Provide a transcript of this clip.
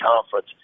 conference